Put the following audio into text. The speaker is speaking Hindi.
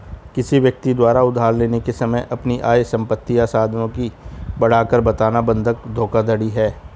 किसी व्यक्ति द्वारा उधार लेने के समय अपनी आय, संपत्ति या साधनों की बढ़ाकर बताना बंधक धोखाधड़ी है